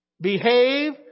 behave